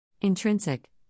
intrinsic